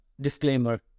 disclaimer